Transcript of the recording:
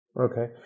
Okay